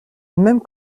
même